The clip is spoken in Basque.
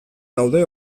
daude